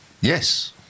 Yes